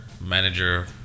manager